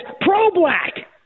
Pro-black